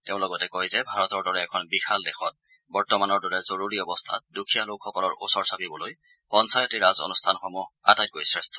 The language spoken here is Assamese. তেওঁ লগতে কয় ভাৰতৰ দৰে এখন বিশাল দেশত বৰ্তমানৰ দৰে জৰুৰী অৱস্থাত দুখীয়ালোকসকলৰ ওচৰ চাপিবলৈ পঞ্চায়তী ৰাজ অনুষ্ঠানসমূহ আটাইতকৈ শ্ৰেষ্ঠ